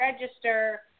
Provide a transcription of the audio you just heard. register